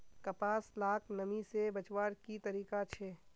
कपास लाक नमी से बचवार की तरीका छे?